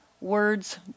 words